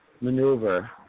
maneuver